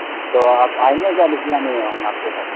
تو آپ آئیں گے کیا بھجوانی ہے وہیں آپ کے گھر